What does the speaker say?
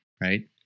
right